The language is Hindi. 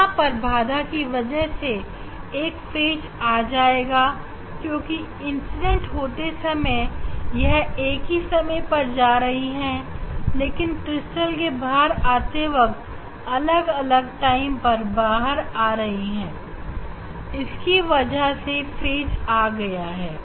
यहां पर बाधा की वजह से एक फेज जाएगा क्योंकि इंसीडेंट होते वक्त वह एक ही समय पर जा रही है लेकिन क्रिस्टल के बाहर आते वक्त अलग अलग समय पर बाहर आ रही है जिसकी वजह से फेज आ गया है